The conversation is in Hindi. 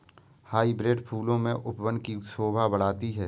हाइब्रिड फूलों से उपवन की शोभा बढ़ती है